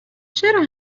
چرا